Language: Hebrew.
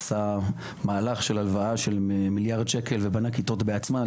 עשה מהלך של הלוואה של מיליארד שקל ובנה כיתות בעצמו.